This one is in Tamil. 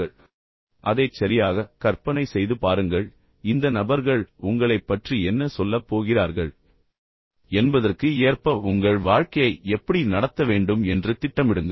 இப்போது அதைச் சரியாக கற்பனை செய்து பாருங்கள் இந்த நபர்கள் உங்களைப் பற்றி என்ன சொல்லப் போகிறார்கள் என்பதற்கு ஏற்ப உங்கள் வாழ்க்கையை எப்படி நடத்த வேண்டும் என்று திட்டமிடுங்கள்